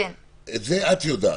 את זה את יודעת,